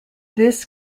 this